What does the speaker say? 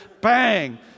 bang